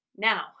Now